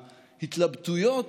ההתלבטויות